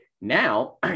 Now